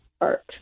art